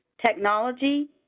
technology